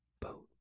boat